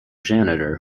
janitor